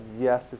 Yes